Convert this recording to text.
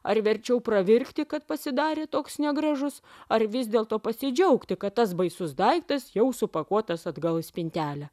ar verčiau pravirkti kad pasidarė toks negražus ar vis dėlto pasidžiaugti kad tas baisus daiktas jau supakuotas atgal į spintelę